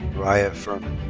mariah fermin.